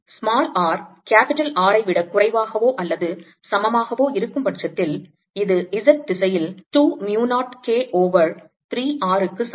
r R ஐ விட குறைவாகவோ அல்லது சமமாகவோ இருக்கும் பட்சத்தில் இது z திசையில் 2 mu 0 K ஓவர் 3 Rக்கு சமம்